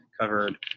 covered